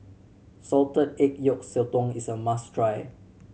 salted egg yolk sotong is a must try